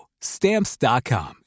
stamps.com